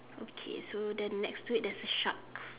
okay so then next to is there's a shark